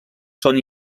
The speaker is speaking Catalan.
són